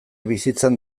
bizitzan